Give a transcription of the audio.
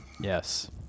Yes